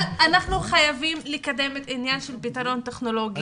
אנחנו חייבים לקדם את העניין של פתרון טכנולוגי,